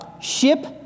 Ship